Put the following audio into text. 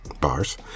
Bars